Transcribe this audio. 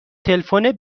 تلفن